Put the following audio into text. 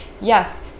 yes